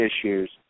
issues